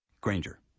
Granger